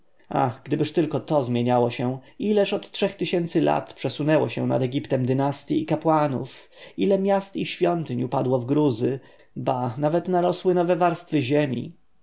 ach gdybyż tylko to zmieniało się ileż od trzech tysięcy lat przesunęło się nad egiptem dynastyj i kapłanów ile miast i świątyń upadło w gruzy ba nawet narosły nowe warstwy ziemi